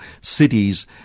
cities